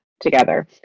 together